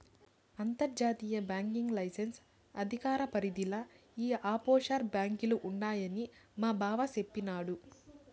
అంతర్జాతీయ banking licence అధికార పరిదిల ఈ ఆప్షోర్ బాంకీలు ఉండాయని మాబావ సెప్పిన్నాడు